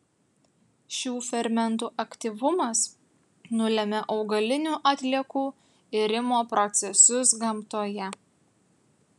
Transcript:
šių fermentų aktyvumas nulemia augalinių atliekų irimo procesus gamtoje